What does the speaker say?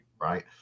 right